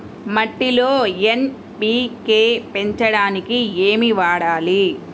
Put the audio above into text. మట్టిలో ఎన్.పీ.కే పెంచడానికి ఏమి వాడాలి?